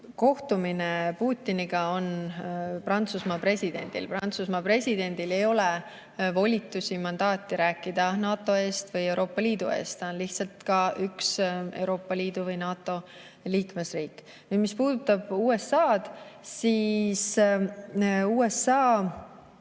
kohtumine Putiniga on Prantsusmaa presidendil. Prantsusmaa presidendil ei ole volitusi, mandaati rääkida NATO või Euroopa Liidu nimel. Prantsusmaa on lihtsalt üks Euroopa Liidu ja NATO liikmesriik. Nüüd, mis puudutab USA-d, siis USA